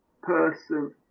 person